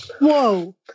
Whoa